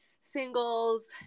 singles